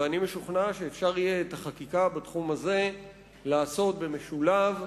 אני משוכנע שאפשר יהיה את החקיקה בתחום הזה לעשות במשולב,